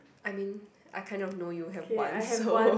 I mean I kind of know you have one so